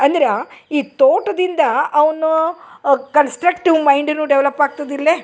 ಅಂದ್ರ ಈ ತೋಟದಿಂದ ಅವನು ಕನ್ಸ್ಟ್ರಕ್ಟಿವ್ ಮೈಂಡ್ನು ಡೆವಲಪ್ ಆಗ್ತದೆ ಇಲ್ಲೆ